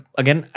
again